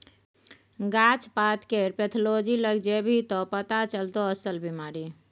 गाछ पातकेर पैथोलॉजी लग जेभी त पथा चलतौ अस्सल बिमारी